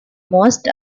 most